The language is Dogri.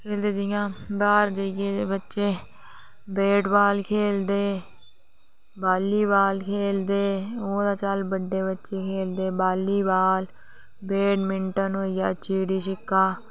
जि'यां बाह्र जाइयै बच्चे बैट बाल खेलदे बालीबाल खेलदे ओह् ते चल बड्डे बच्चे खेलदे वालीबाल बैड मिंटन होई गेआ चिड़ी छिका